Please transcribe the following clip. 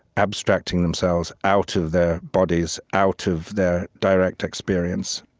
abstracting themselves out of their bodies, out of their direct experience,